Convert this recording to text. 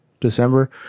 December